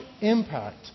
impact